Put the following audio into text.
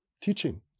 teaching